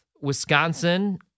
Wisconsin